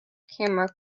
camera